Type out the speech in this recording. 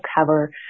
cover